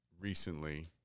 recently